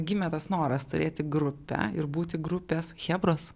gimė tas noras turėti grupę ir būti grupės chebros